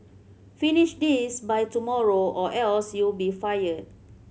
finish this by tomorrow or else you'll be fired